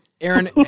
Aaron